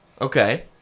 Okay